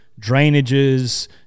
drainages